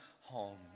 home